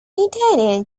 italian